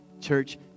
Church